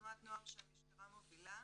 תנועת נוער שהמשטרה מובילה.